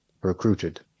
recruited